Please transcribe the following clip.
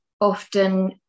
Often